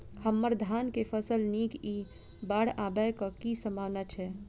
हम्मर धान केँ फसल नीक इ बाढ़ आबै कऽ की सम्भावना छै?